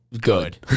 good